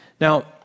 Now